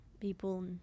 people